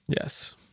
Yes